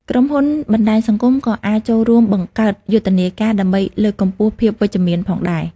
ក្រុមហ៊ុនបណ្ដាញសង្គមក៏អាចចូលរួមបង្កើតយុទ្ធនាការដើម្បីលើកកម្ពស់ភាពវិជ្ជមានផងដែរ។